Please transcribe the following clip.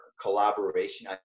collaboration